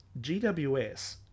GWS